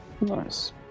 nice